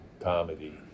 comedy